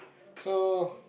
so